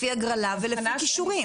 לפי הגרלה ולפי כישורים.